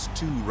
two